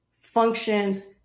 functions